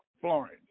Florence